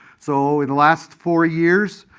so, in the last four years,